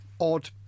odd